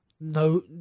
No